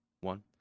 one